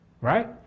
right